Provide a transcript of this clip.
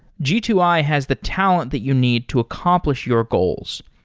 g two i has the talent that you need to accomplish your goals.